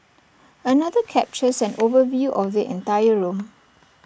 another captures an overview of the entire room